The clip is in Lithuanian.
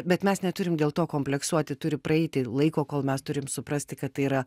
bet mes neturim dėl to kompleksuoti turi praeiti laiko kol mes turim suprasti kad tai yra